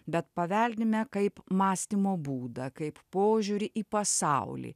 bet paveldime kaip mąstymo būdą kaip požiūrį į pasaulį